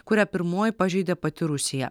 kurią pirmoji pažeidė pati rusija